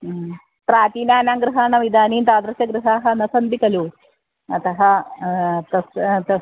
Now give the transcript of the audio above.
प्राचीनानां गृहानाम् इदानीं तादृशगृहाणि न सन्ति खलु अतः तत् तस्य